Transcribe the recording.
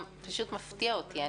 זה פשוט מפתיע אותי.